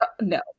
no